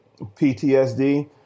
PTSD